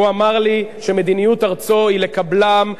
הוא אמר לי שמדיניות ארצו היא לקבלם,